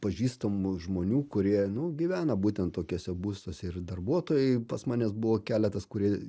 pažįstamų žmonių kurie gyvena būtent tokiuose būstuose ir darbuotojai pas manes buvo keletas kurie